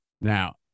Now